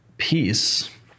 Peace